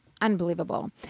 Unbelievable